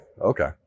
okay